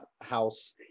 House